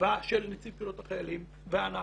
של נציב קבילות החיילים ושלנו